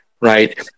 right